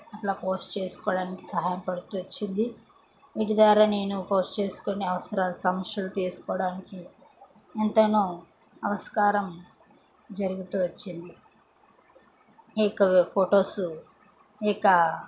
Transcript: ఇలా పోస్ట్ చేసుకోవడానికి సహాయపడుతూ వచ్చింది వీటి ద్వారా నేను పోస్ట్ చేసుకుని అవసరాలు సంశ్యులు తీసుకోవడానికి ఎంతనో అవస్కారం జరుగుతూ వచ్చింది ఈ యొక్క ఫోటోసు ఈ యొక్క